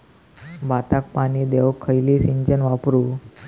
भाताक पाणी देऊक खयली सिंचन वापरू?